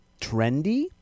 trendy